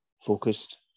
focused